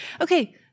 Okay